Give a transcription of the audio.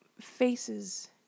faces